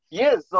yes